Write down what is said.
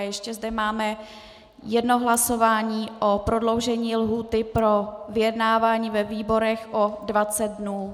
A ještě zde máme jedno hlasování o prodloužení lhůty pro vyjednávání je výborech o 20 dnů.